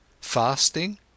fasting